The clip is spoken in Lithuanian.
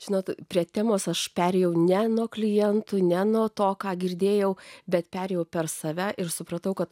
žinot prie temos aš perėjau ne nuo klientų ne nuo to ką girdėjau bet perėjau per save ir supratau kad